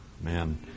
Man